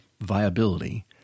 viability